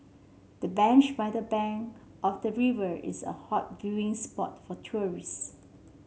the bench by the bank of the river is a hot viewing spot for tourists